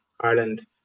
Ireland